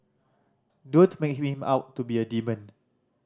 don't make him out to be a demon